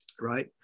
right